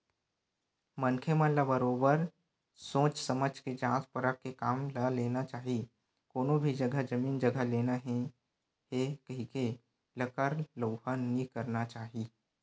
मनखे मन ल बरोबर सोझ समझ के जाँच परख के काम ल लेना चाही कोनो भी जघा जमीन जघा लेना ही हे कहिके लकर लउहा नइ करना चाही